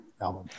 album